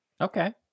Okay